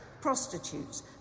prostitutes